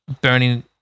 burning